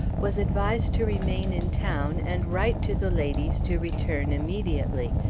was advised to remain in town and write to the ladies to return immediately,